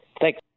Thanks